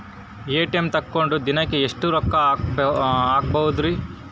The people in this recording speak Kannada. ಎ.ಟಿ.ಎಂ ತಗೊಂಡ್ ದಿನಕ್ಕೆ ಎಷ್ಟ್ ರೊಕ್ಕ ಹಾಕ್ಬೊದ್ರಿ?